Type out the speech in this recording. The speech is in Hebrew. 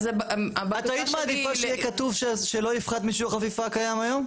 את היית מעדיפה שיהיה כתוב שלא יפחת משיעור חפיפה הקיים היום?